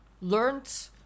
learned